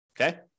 Okay